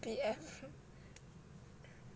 B_F